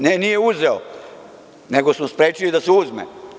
Ne, nije uzeo, nego smo sprečili da se uzme.